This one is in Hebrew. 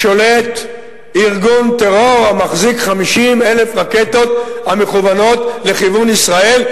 שולט ארגון טרור המחזיק 50,000 רקטות המכוונות לכיוון ישראל,